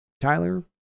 Tyler